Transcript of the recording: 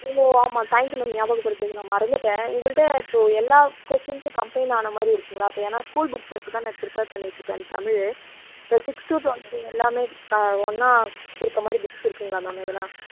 நீங்கள் ஆமாம் thank you ma'am ஞாபகப்படுத்துனதுக்கு நான் மறந்துட்டேன் உங்கள்கிட்ட இப்போ எல்லா கோச்சிங்க்கும் கம்ப்பைன் ஆன மாதிரி இருக்குங்களா இப்போ ஏன்னா ஸ்கூல் புக்ஸ் வச்சு தான் நான் பிரிப்பேர் பண்ணிட்ருக்கேன் தமிழ் ஸோ சிக்ஸ்த் டுவெல்த் எல்லாமே இப்போ ஒன்னா இருக்கிற மாதிரி புக்ஸ் இருக்குங்களா மேம் எதன்னா